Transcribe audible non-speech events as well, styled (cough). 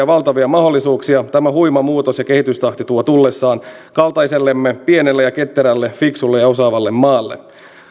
(unintelligible) valtavia mahdollisuuksia tämä huima muutos ja kehitystahti tuo tullessaan kaltaisellemme pienelle ja ketterälle fiksulle ja osaavalle maalle